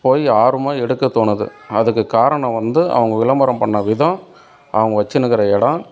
போய் ஆர்வமாக எடுக்க தோணுது அதுக்கு காரணம் வந்து அவங்க விளம்பரம் பண்ண விதம் அவங்க வச்சுன்னுருக்குற இடம்